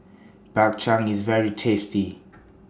Bak Chang IS very tasty